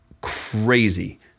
crazy